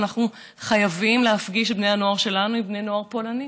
אנחנו חייבים להפגיש את בני הנוער שלנו עם בני נוער פולנים